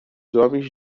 homens